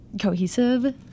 cohesive